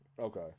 Okay